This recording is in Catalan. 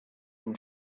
amb